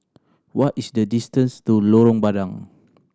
what is the distance to Lorong Bandang